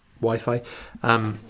Wi-Fi